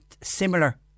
similar